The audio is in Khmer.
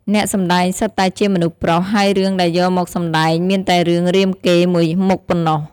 អ្នកសម្ដែងសុទ្ធតែជាមនុស្សប្រុស ហើយរឿងដែលយកមកសម្តែងមានតែរឿងរាមកេរ្តិ៍មួយមុខប៉ុណ្ណោះ។